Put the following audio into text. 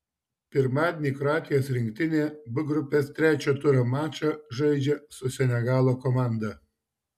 pirmadienį kroatijos rinktinė b grupės trečio turo mačą žaidžia su senegalo komanda